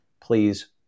please